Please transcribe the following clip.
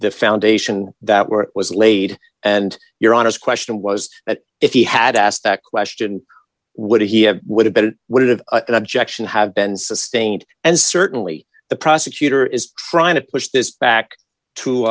the foundation that where it was laid and your honest question was that if he had asked that question would he have would have been would have an objection have been sustained and certainly the prosecutor is trying to push this back